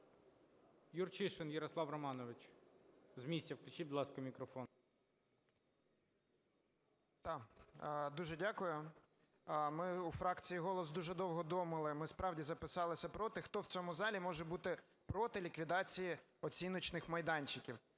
Юрчишин Ярослав Романович. З місця включіть, будь ласка, мікрофон. 13:10:23 ЮРЧИШИН Я.Р. Дуже дякую. Ми у фракції "Голос" дуже довго думали (ми справді записалися проти), хто в цьому залі може бути проти ліквідації оціночних майданчиків.